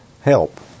help